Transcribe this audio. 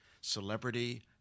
celebrity